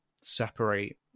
separate